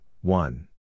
one